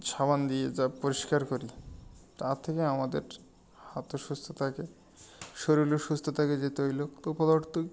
সাবান দিয়ে যা পরিষ্কার করি তার থেকে আমাদের হাতও সুস্থ থাকে শরীরও সুস্থ থাকে যে তৈলাক্ত পদার্থ